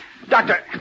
Doctor